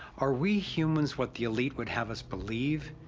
are we humans what the elite would have us believe,